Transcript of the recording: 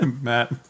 Matt